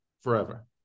forever